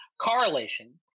Correlation